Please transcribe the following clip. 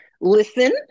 listen